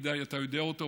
שאתה יודע אותו,